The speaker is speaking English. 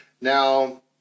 now